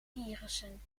virussen